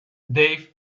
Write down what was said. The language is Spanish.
dave